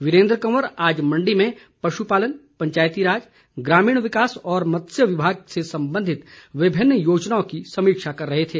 वीरेन्द्र कंवर आज मंडी में पश्पालन पंचायतीराज ग्रामीण विकास और मत्स्य विभाग से संबंधित विभिन्न योजनाओं की समीक्षा कर रहे थे